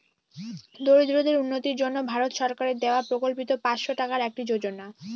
দরিদ্রদের উন্নতির জন্য ভারত সরকারের দেওয়া প্রকল্পিত পাঁচশো টাকার একটি যোজনা